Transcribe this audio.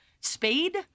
Spade